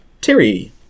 terry